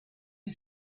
who